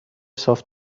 صاف